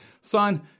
son